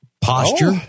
posture